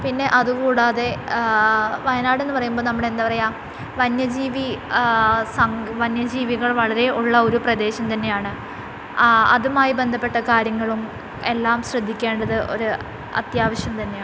പിന്നെ അതു കൂടാതെ വയനാട് എന്നു പറയുമ്പം നമ്മുടെ എന്താ പറയുക വന്യജീവി വന്യജീവികൾ വളരെ ഉള്ള ഒരു പ്രദേശം തന്നെയാണ് അതുമായി ബന്ധപ്പെട്ട കാര്യങ്ങളും എല്ലാം ശ്രദ്ധിക്കേണ്ടത് ഒരു അത്യാവശ്യം തന്നെയാണ്